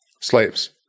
Slaves